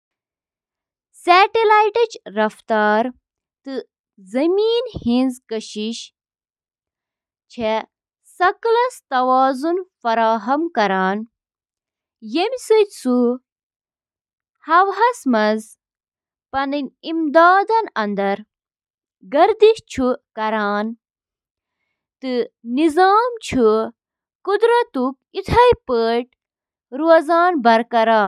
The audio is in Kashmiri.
سِکن ہٕنٛدیٚن طرفن چھِ لٔٹہِ آسان، یتھ ریڈنگ تہِ ونان چھِ، واریاہو وجوہاتو کِنۍ، یتھ منٛز شٲمِل چھِ: جعل سازی تہٕ کلپنگ رُکاوٕنۍ، بوزنہٕ یِنہٕ والیٚن ہٕنٛز مدد، لباس کم کرُن تہٕ باقی۔